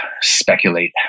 speculate